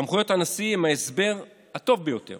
סמכויות הנשיא הן ההסבר הטוב ביותר